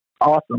awesome